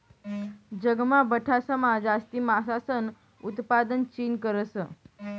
जगमा बठासमा जास्ती मासासनं उतपादन चीन करस